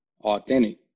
authentic